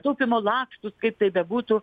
taupymo lakštus kaip bebūtų